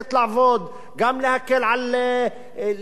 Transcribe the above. גם להקל את המלחמה בעוני.